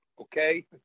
okay